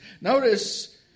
Notice